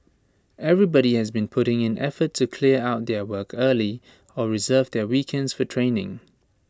everybody has been putting in effort to clear out their work early or reserve their weekends for training